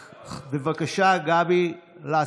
בבקשה, גבי לסקי.